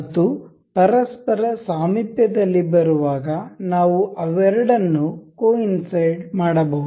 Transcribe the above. ಮತ್ತು ಪರಸ್ಪರ ಸಾಮೀಪ್ಯದಲ್ಲಿ ಬರುವಾಗ ನಾವು ಅವೆರಡನ್ನೂ ಕೋ ಇನ್ಸೈಡ್ ಮಾಡಬಹುದು